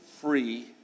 free